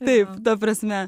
taip ta prasme